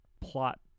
plot